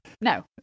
No